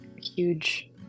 huge